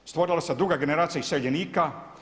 Evo stvorila se druga generacija iseljenika.